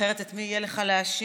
אחרת, את מי יהיה לך להאשים?